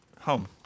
home